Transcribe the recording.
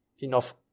enough